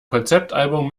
konzeptalbum